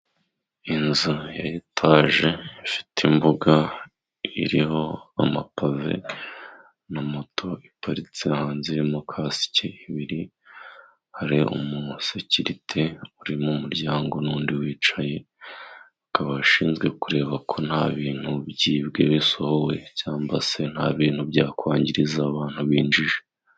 Inzu ya etaje ifite imbuga iriho amapave na moto iparitse hanze iriho kasike ebyiri, hari umusekirite uri mu muryango n'undi wicaye ,bakaba bashinzwe kureba ko nta bintu byibwe bisohowe cyangwa se nta bintu byakwangiriza abantu binjije.